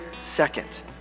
second